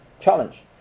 challenge